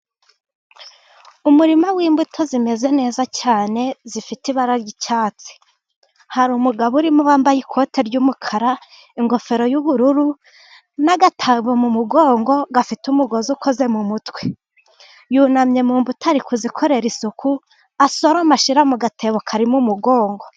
Umurima w'imbuto zimeze neza cyane zifite ibara ry'icyatsi. Hari umugabo urimo wambaye ikote ry'umukara, ingofero y'ubururu n'agatebo mu mugongo gafite umugozi, ukoze mu mutwe. Yunamye mu mbuto ari kuzikorera isuku, asoroma ashyira mu gatebo kari mu mugongo.